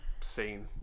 scene